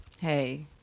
Hey